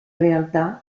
realtà